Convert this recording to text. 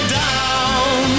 down